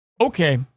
okay